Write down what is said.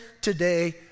today